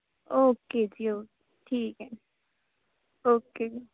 okay ਜੀ okay ਠੀਕ ਹੈ ਓਕੇ ਜੀ